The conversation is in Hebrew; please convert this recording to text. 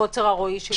בגלל קוצר הרואי שלי.